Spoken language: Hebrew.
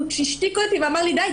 הוא השתיק אותי ואמר לי: די,